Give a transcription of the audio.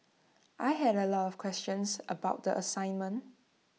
I had A lot of questions about the assignment